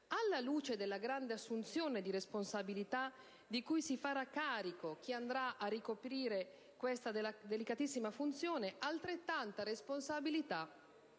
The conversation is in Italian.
Alla luce della grande assunzione di responsabilità di cui si farà carico chi andrà a ricoprire questa delicatissima funzione, altrettanta responsabilità